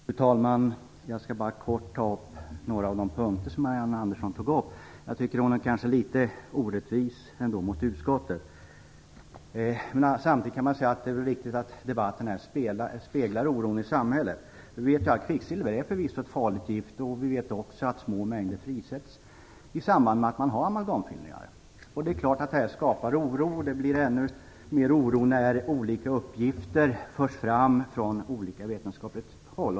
Fru talman! Jag skall kort ta upp några av de punkter som Marianne Andersson tog upp. Jag tycker att hon är litet orättvis mot utskottet. Samtidigt kan man säga att det är riktigt att debatten här speglar oron i samhället. Kvicksilver är förvisso ett farligt gift. Vi vet också att små mängder frisätts i samband med amalgamfyllningar. Det är klart att det skapar oro. Det blir ännu mer oro när olika uppgifter förs fram från olika vetenskapliga håll.